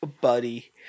buddy